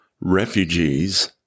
refugees